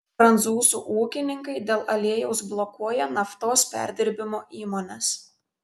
prancūzų ūkininkai dėl aliejaus blokuoja naftos perdirbimo įmones